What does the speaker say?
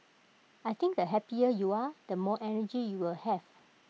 I think the happier you are the more energy you will have